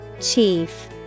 Chief